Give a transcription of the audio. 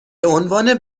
عنوان